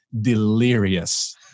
delirious